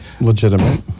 legitimate